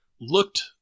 looked